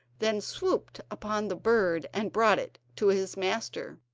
then swooped upon the bird and brought it to his master.